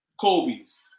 Kobe's